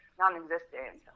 non-existent